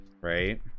Right